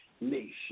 nation